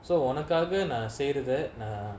so ஒனக்காக நா செய்றத:onakaaka na seiratha err